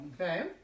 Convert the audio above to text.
Okay